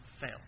fail